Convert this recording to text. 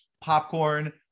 popcorn